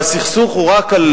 והסכסוך הוא רק על